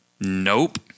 Nope